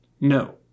No